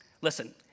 Listen